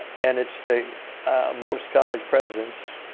and it's the most college presidents,